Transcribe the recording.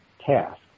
task